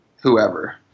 whoever